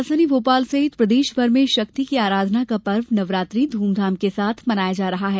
राजधानी भोपाल सहित प्रदेशमर में शक्ति की आराधना का पर्व नवरात्रि ध्मधाम के साथ मनाया जा रहा है